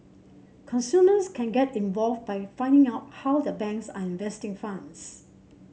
consumers can get involved by finding out how their banks are investing funds